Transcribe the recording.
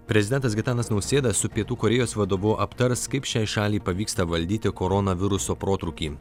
prezidentas gitanas nausėda su pietų korėjos vadovu aptars kaip šiai šaliai pavyksta valdyti koronaviruso protrūkį